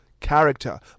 character